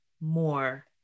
more